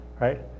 right